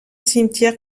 cimetières